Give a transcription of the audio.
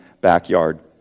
backyard